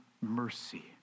mercy